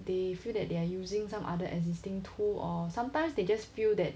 they feel that they are using some other existing tool or sometimes they just feel that